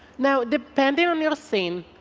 now, depending on your scene,